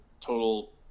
total